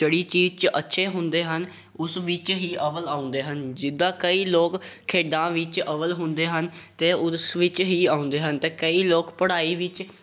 ਜਿਹੜੀ ਚੀਜ਼ 'ਚ ਅੱਛੇ ਹੁੰਦੇ ਹਨ ਉਸ ਵਿੱਚ ਹੀ ਅੱਵਲ ਆਉਂਦੇ ਹਨ ਜਿੱਦਾਂ ਕਈ ਲੋਕ ਖੇਡਾਂ ਵਿੱਚ ਅੱਵਲ ਹੁੰਦੇ ਹਨ ਅਤੇ ਉਸ ਵਿੱਚ ਹੀ ਆਉਂਦੇ ਹਨ ਤਾਂ ਕਈ ਲੋਕ ਪੜ੍ਹਾਈ ਵਿੱਚ